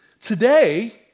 Today